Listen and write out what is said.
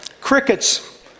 Crickets